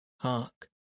Hark